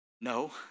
No